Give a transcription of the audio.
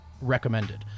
recommended